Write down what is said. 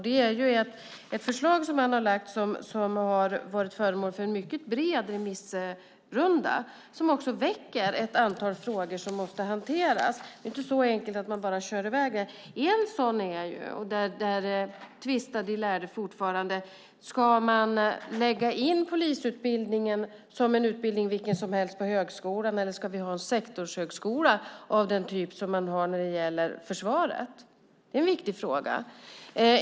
Det förslag som han lagt fram har varit föremål för en mycket bred remissrunda som också har väckt ett antal frågor som måste hanteras. Det är inte så enkelt som att man bara kör i väg det. En sådan fråga, och där tvista de lärde fortfarande, är om vi ska lägga in polisutbildningen som en utbildning vilken som helst på högskolan eller om vi ska ha en sektorshögskola av den typ som man har när det gäller försvaret. Det är en viktig fråga.